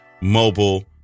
mobile